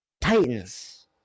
Titans